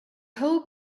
whole